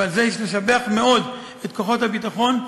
ועל זה יש לשבח מאוד את כוחות הביטחון,